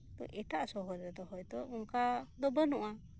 ᱛᱚ ᱮᱴᱟᱜ ᱥᱚᱦᱚᱨ ᱨᱮᱫᱚ ᱦᱚᱭᱛᱚ ᱚᱱᱠᱟᱫᱚ ᱵᱟᱹᱱᱩᱜ ᱟ